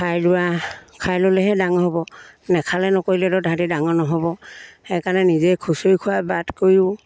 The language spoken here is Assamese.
খাই লোৱা খাই ল'লেহে ডাঙৰ হ'ব নেখালে নকৰিলেতো তাহাঁতি ডাঙৰ নহ'ব সেইকাৰণে নিজে খুচৰি খোৱা বাট কৰিও